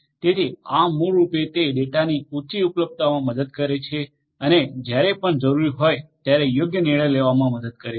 તેથી આ મૂળરૂપે તે ડેટાની ઉચી ઉપલબ્ધતામાં મદદ કરે છે અને જ્યારે પણ જરૂરી હોય ત્યારે યોગ્ય નિર્ણય લેવામા મદદ કરે છે